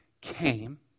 came